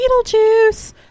Beetlejuice